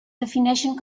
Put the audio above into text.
defineixen